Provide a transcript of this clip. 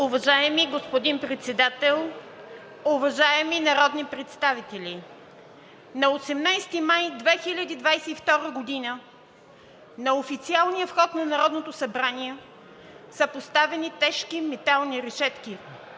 Уважаеми господин Председател, уважаеми народни представители! На 18 май 2022 г. на официалния вход на Народното събрание са поставени тежки метални решетки,